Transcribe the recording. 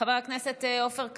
חבר הכנסת עופר כסיף,